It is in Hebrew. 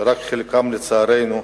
שרק חלקם, לצערנו,